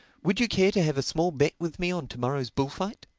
would you care to have a small bet with me on to-morrow's bullfight?